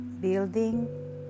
building